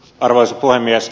arvoisa puhemies